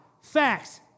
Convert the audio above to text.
Facts